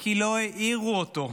כי לא העירו אותו.